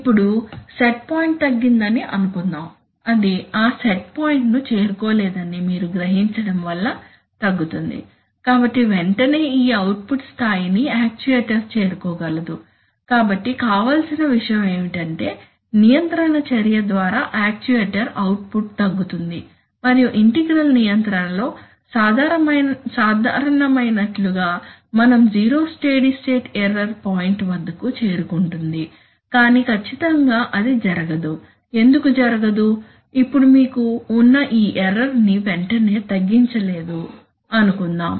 ఇప్పుడు set point తగ్గిందని అనుకుందాం అది ఆ సెట్ పాయింట్ను చేరుకోలేదని మీరు గ్రహించడం వళ్ళ తగ్గుతుంది కాబట్టి వెంటనే ఈ అవుట్పుట్ స్థాయి ని యాక్చుయేటర్ చేరుకోగలదు కాబట్టి కావాల్సిన విషయం ఏమిటంటే నియంత్రణ చర్య ద్వారా యాక్చుయేటర్ అవుట్పుట్ తగ్గుతుంది మరియు ఇంటిగ్రల్ నియంత్రణలో సాధారణమైనట్లుగా మనం zero steady state error point వద్దకు చేరుకుంటుంది కానీ ఖచ్చితంగా అది జరగదు ఎందుకు జరగదు ఇప్పుడు మీకు ఉన్న ఈ ఎర్రర్ ని వెంటనే తగ్గించలేదు అనుకుందాం